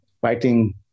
fighting